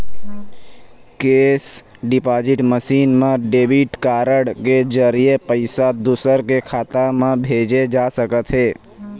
cash deposit machine म debit card के जरिए पइसा दूसर के खाता म भेजे जा सकत हे